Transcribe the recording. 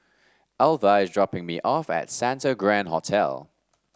Alvah is dropping me off at Santa Grand Hotel